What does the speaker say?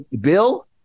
Bill